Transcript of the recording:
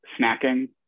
snacking